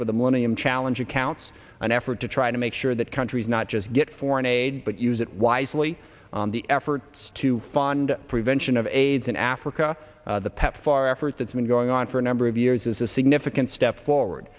for the millennium challenge account an effort to try to make sure that countries not just get foreign aid but use it wisely on the efforts to fund prevention of aids in africa the pepfar effort that's been going on for a number of years is a significant step forward